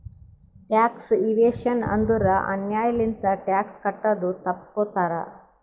tax evasion ಅಂದುರ್ ಅನ್ಯಾಯ್ ಲಿಂತ ಟ್ಯಾಕ್ಸ್ ಕಟ್ಟದು ತಪ್ಪಸ್ಗೋತಾರ್